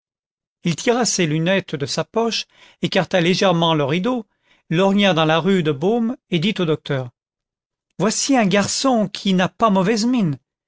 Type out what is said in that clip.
il tira ses lunettes de sa poche écarta légèrement le rideau lorgna dans la rue de beaune et dit au docteur voici un garçon qui n'a pas mauvaise mine